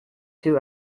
two